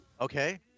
Okay